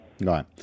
Right